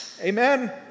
Amen